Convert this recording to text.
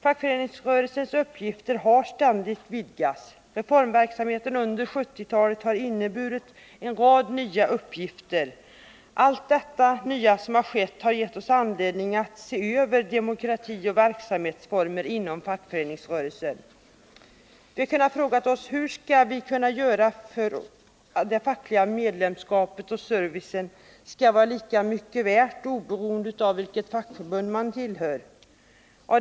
Fackföreningsrörelsens uppgifter har ständigt vidgats. Reformverksamheten under 1970 talet har inneburit en rad nya uppgifter. Allt det nya som skett har gett oss anledning att se över demokratioch verksamhetsformer inom fackföreningsrörelsen. Vi har frågat oss: Hur skall vi göra för att det fackliga medlemskapet och servicen skall vara lika mycket värda oberoende av vilket fackförbund man tillhör?